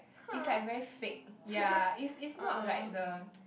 it's like very fake ya it's it's not like the